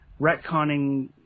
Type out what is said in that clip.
retconning